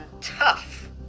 tough